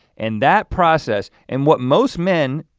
and that process, and what most men,